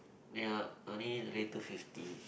ya only waive two fifty